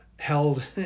held